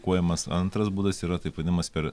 kuojamas antras būdas yra taip vadinamas per